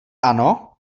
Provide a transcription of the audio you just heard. ano